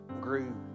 grew